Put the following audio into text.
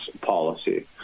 policy